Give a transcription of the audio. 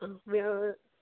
ആ